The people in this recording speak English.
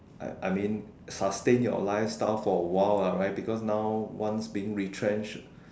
I I mean sustain your lifestyle for a while lah right because now once being retrenched